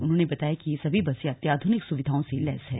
उन्होंने बताया कि यह सभी बसें अत्याध्रनिक सुविधाओं से लैस हैं